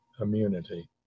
immunity